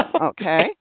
okay